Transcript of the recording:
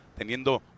teniendo